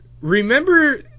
Remember